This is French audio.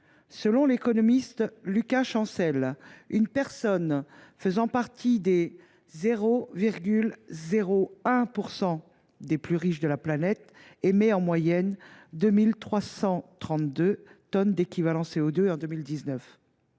selon l’économiste Lucas Chancel, une personne faisant partie des 0,01 % des plus riches de la planète émet, quant à elle, 2 332 tonnes d’équivalent CO2 en